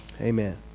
Amen